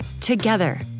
Together